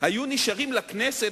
היו נשארים לכנסת,